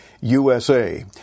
usa